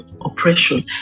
oppression